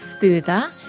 further